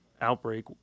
outbreak